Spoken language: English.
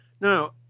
Now